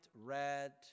red